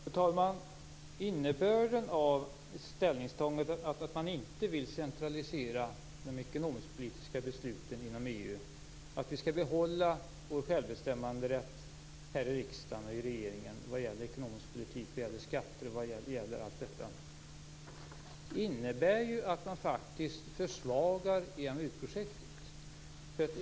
Fru talman! Innebörden av ställningstagandet att man inte vill centralisera de ekonomisk-politiska besluten till EU, att vi skall behålla vår självbestämmanderätt i riksdagen och regeringen när det gäller ekonomisk politik och skatter är att man faktiskt försvagar EMU-projektet.